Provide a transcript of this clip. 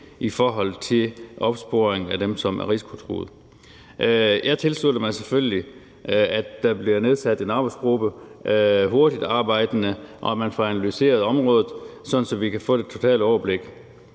i forhold til opsporing af dem, som er risikotruede? Jeg tilslutter mig selvfølgelig, at der bliver nedsat en arbejdsgruppe, som er hurtigtarbejdende, og at man får analyseret området, sådan at vi kan få det totale overblik.